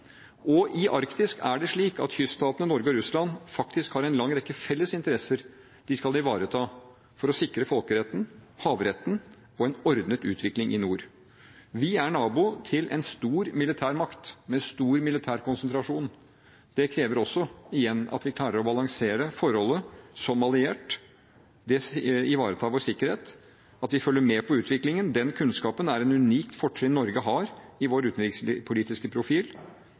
I Arktis er det slik at kyststatene Norge og Russland faktisk har en lang rekke felles interesser de skal i vareta for å sikre folkeretten, havretten og en ordnet utvikling i nord. Vi er nabo til en stor militær makt med stor militær konsentrasjon. Det krever også, igjen, at vi klarer å balansere forholdet som alliert. Det ivaretar vår sikkerhet. At vi følger med på utviklingen – den kunnskapen er et unikt fortrinn Norge har i vår utenrikspolitiske profil.